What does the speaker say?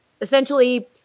essentially